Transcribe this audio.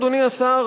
אדוני השר,